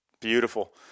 Beautiful